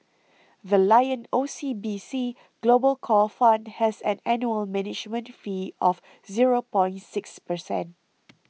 the Lion O C B C Global Core Fund has an annual management fee of zero point six percent